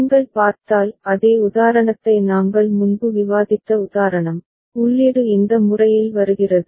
நீங்கள் பார்த்தால் அதே உதாரணத்தை நாங்கள் முன்பு விவாதித்த உதாரணம் உள்ளீடு இந்த முறையில் வருகிறது